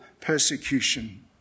persecution